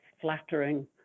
flattering